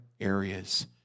areas